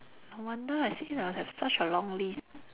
no wonder I see a have such a long list